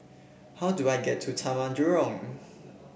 how do I get to Taman Jurong